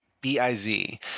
B-I-Z